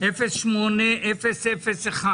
פנייה 08001 08001,